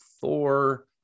Thor